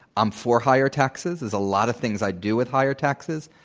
um for higher taxes, there's a lot of things i'd do with higher taxes.